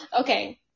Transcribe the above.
okay